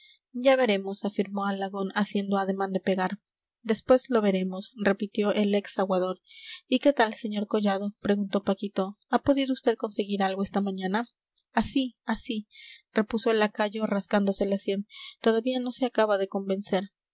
ya veremos afirmó alagón haciendo ademán de pegar después lo veremos repitió el ex aguador y qué tal sr collado preguntó paquito ha podido vd conseguir algo esta mañana así así repuso el lacayo rascándose la sien todavía no se acaba de convencer